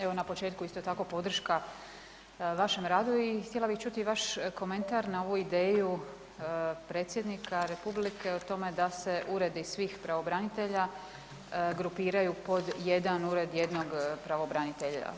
Evo na početku isto tako podrška vašem radu i htjela bih čuti vaš komentar na ovu ideju predsjednika Republike o tome da se Uredi svih pravobranitelja grupiraju pod jedan Ured jednog pravobranitelja.